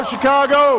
Chicago